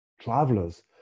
travelers